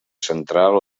central